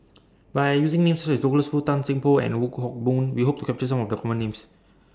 By using Names such as Douglas Foo Tan Seng Poh and The Wong Hock Boon We Hope to capture Some of The Common Names